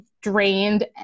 drained